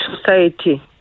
society